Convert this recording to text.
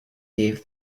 gave